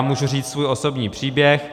Můžu říct svůj osobní příběh.